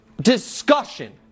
discussion